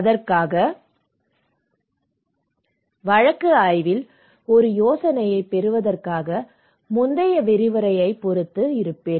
அதற்காக வழக்கு ஆய்வில் ஒரு யோசனையைப் பெறுவதற்காக முந்தைய விரிவுரையைப் பொறுத்து இருப்பேன்